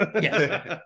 yes